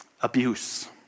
Abuse